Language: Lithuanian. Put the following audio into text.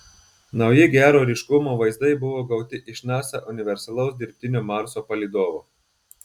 nauji gero ryškumo vaizdai buvo gauti iš nasa universalaus dirbtinio marso palydovo